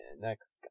next